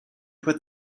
put